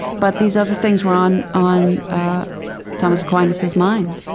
but these other things were on on ah thomas aquinas's mind